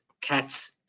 cats